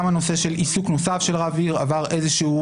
גם הנושא של עיסוק נוסף של רב עיר עבר שינוי